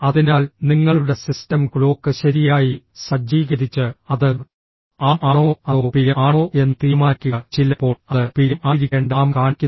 അതിനാൽ നിങ്ങളുടെ system clock ശരിയായി സജ്ജീകരിച്ച് അത് AM ആണോ അതോ PM ആണോ എന്ന് തീരുമാനിക്കുക ചിലപ്പോൾ അത് PM ആയിരിക്കേണ്ട AM കാണിക്കുന്നു